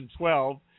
2012